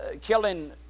killing